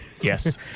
yes